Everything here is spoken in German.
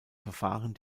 verfahren